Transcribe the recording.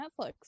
Netflix